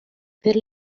per